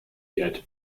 yet